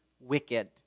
wicked